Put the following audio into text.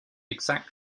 exact